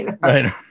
Right